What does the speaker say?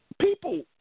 people